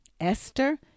Esther